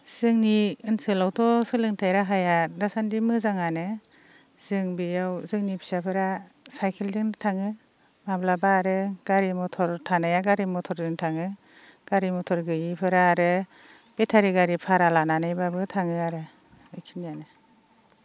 जोंनि ओनसोलावथ' सोलोंथाइ राहाया दासान्दि मोजाङानो जों बेयाव जोंनि फिसाफोरा सायखेलजों थाङो माब्लाबा आरो गारि मथर थानाया गारि मथरजों थाङो गारि मथर गैयैफोरा आरो बेटारि गारि भारा लानानैब्लाबो थाङो आरो बेखिनियानो